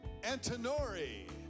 Antonori